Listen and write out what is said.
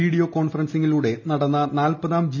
video കോൺഫറൻസിംഗിലൂടെ നടന്ന നാല്പതാം ജി